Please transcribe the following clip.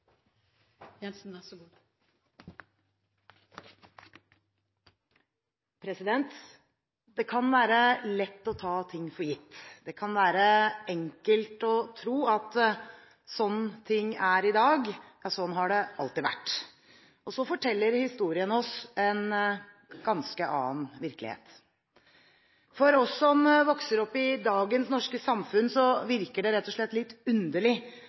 Det kan være lett å ta ting for gitt. Det kan være enkelt å tro at sånn ting er i dag, har det alltid vært. Så forteller historien oss en ganske annen virkelighet. For oss som vokser opp i dagens norske samfunn, virker det rett og slett litt underlig